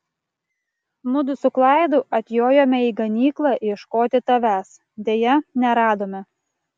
mudu su klaidu atjojome į ganyklą ieškoti tavęs deja neradome